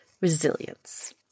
resilience